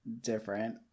different